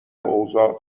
اوضاع